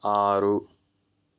ఆరు